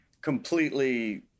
completely